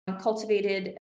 cultivated